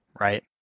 right